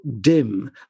dim